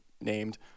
named